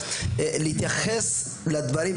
להתייחס לדברים,